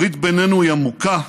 הברית בינינו היא עמוקה,